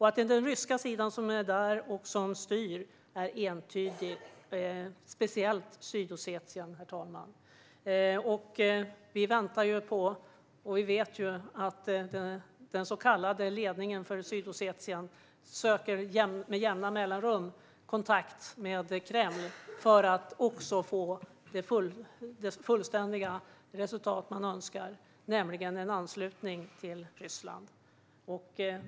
Att den ryska sidan är där och styr är entydigt, speciellt i Sydossetien. Vi vet att den så kallade ledningen för Sydossetien med jämna mellanrum söker kontakt med Kreml för att få det fullständiga resultat man önskar, nämligen en anslutning till Ryssland.